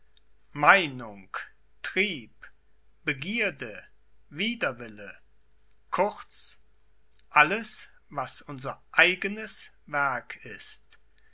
meinung trieb begierde widerwille kurz alles was unser eigenes werk ist